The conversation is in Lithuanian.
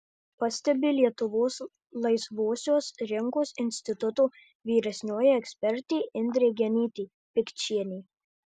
pastebi lietuvos laisvosios rinkos instituto vyresnioji ekspertė indrė genytė pikčienė